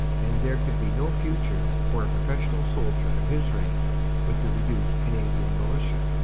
and there could be no future for a professional soldier of his rank with the reduced canadian militia,